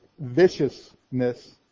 viciousness